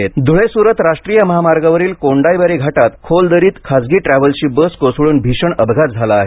अपघात धूळे सुरत राष्ट्रीय महामार्गावरील कोंडाईबारी घाटात खोल दरीत खासगी ट्रँव्हल्सची बस कोसळून भीषण अपघात झाला आहे